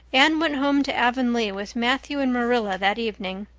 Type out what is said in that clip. anne went home to avonlea with matthew and marilla that evening.